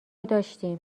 داشتیم